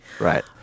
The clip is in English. Right